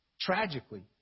tragically